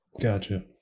Gotcha